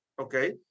okay